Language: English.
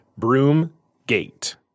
Broomgate